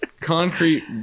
concrete